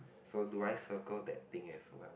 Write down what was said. so do I circle that thing as well